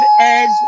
edge